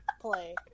play